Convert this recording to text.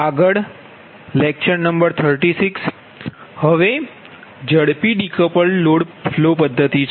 આગળ હવે ઝડપી ડીકપલ્ડ લોડ ફ્લો પધ્ધતિ છે